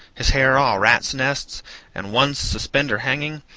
his hair all rats' nests and one suspender hanging,